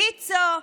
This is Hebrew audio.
ויצו,